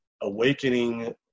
awakening